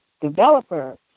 developer